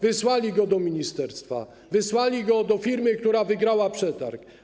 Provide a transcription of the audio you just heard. Wysłali projekt do ministerstwa, wysłali go do firmy, która wygrała przetarg.